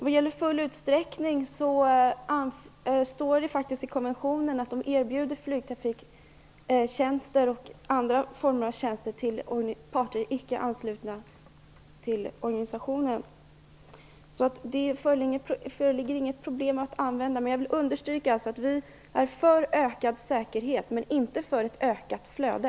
Vad gäller att i full utsträckning utnyttja organisationens tjänster, står det faktiskt i konventionen att man erbjuder flygtrafiktjänster och andra former av tjänster till parter som icke är anslutna till organisationen. Det föreligger inget problem att använda dessa. Jag vill understryka att vi är för ökad säkerhet, men inte för ett ökat flöde.